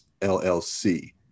LLC